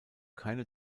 keine